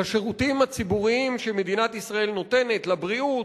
לשירותים הציבוריים שמדינת ישראל נותנת, לבריאות.